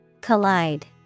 Collide